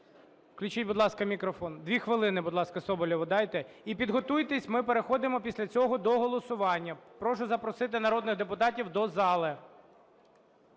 Включіть, будь ласка, мікрофон. 2 хвилини, будь ласка, Соболєву дайте. І підготуйтесь, ми переходимо після цього до голосування. Прошу запросити народних депутатів до зали.